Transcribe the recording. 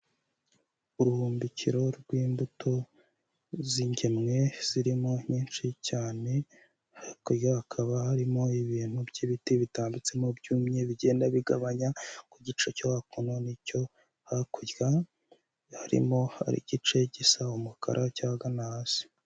Uruhumbikiro rw'imbuto zingemwe zirimo nyinshi cyane, hakurya hakaba harimo ibintu by'ibiti bitambitsemo byumye bigenda bigabanya ku gice cya hakuno n'icyo hakurya, hari igice gisa umukara hagana hasi.